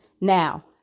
Now